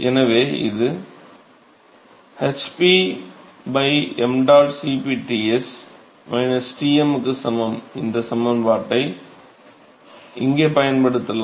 எனவே இப்போதுhp ṁ Cp Ts Tm க்கு சமமான இந்த சமன்பாட்டை இங்கே பயன்படுத்தலாம்